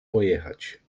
pojechać